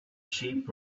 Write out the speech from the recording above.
sheep